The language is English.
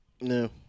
No